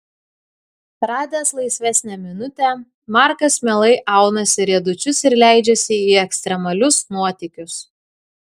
radęs laisvesnę minutę markas mielai aunasi riedučius ir leidžiasi į ekstremalius nuotykius